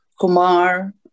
Kumar